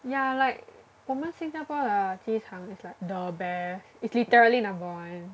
ya like 我们新加坡的机场 is like the best it's literally number one